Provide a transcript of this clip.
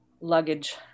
luggage